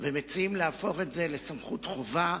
מציעים להפוך את זה לסמכות חובה.